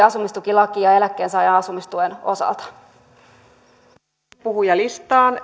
asumistukilaki eläkkeensaajan asumistuen osalta sitten puhujalistaan